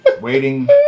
Waiting